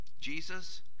Jesus